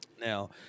Now